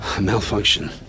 malfunction